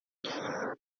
claro